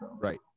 Right